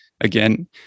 again